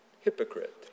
Hypocrite